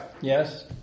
Yes